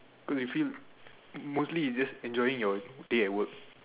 could they feel mostly is just enjoying your day at work